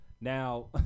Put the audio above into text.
Now